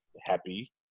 happy